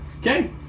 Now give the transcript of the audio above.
Okay